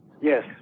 yes